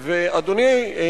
ואדוני,